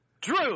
drew